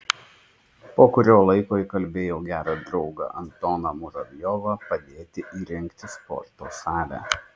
po kurio laiko įkalbėjau gerą draugą antoną muravjovą padėti įrengti sporto salę